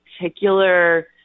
particular